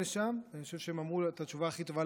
נתנו את התשובה הכי טובה,